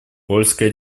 польская